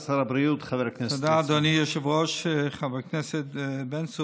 תודה, חברת הכנסת מירב כהן.